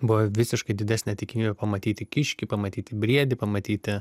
buvo visiškai didesnė tikimybė pamatyti kiškį pamatyti briedį pamatyti